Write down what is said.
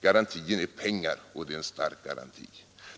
Garantin är pengar, och det är en stark garanti.